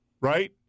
right